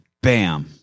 bam